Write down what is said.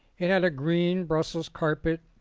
it had a green brussels carpet,